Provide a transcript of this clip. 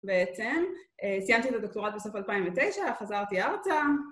בעצם, סיימתי את הדוקטורט בסוף 2009, חזרתי ארצה.